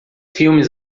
filmes